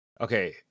okay